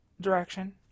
direction